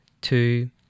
two